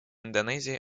индонезии